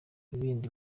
bindi